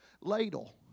ladle